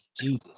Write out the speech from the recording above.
Jesus